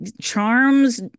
charms